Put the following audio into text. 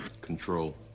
Control